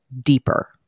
deeper